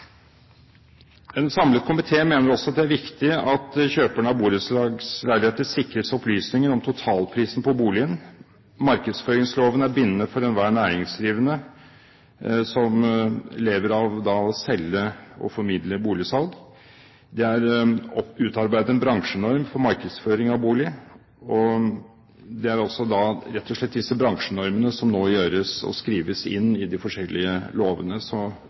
En samlet komité mener også at det er viktig at kjøperen av borettslagsleiligheter sikres opplysninger om totalprisen på boligen. Markedsføringsloven er bindende for enhver næringsdrivende som lever av å selge og formidle boligsalg. Det er utarbeidet en bransjenorm for markedsføring av boligen. Det er rett og slett disse bransjenormene som nå skrives inn i de forskjellige lovene.